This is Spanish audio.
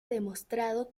demostrado